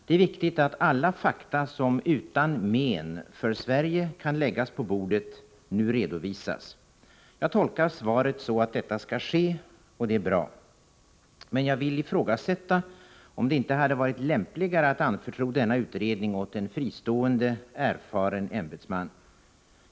Det är viktigt att alla fakta som utan men för Sverige kan läggas på bordet nu redovisas. Jag tolkar svaret så att detta skall ske, och det är bra. Men jag vill ifrågasätta om det inte hade varit lämpligare att anförtro denna utredning åt en fristående erfaren ämbetsman.